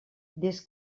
des